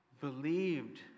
believed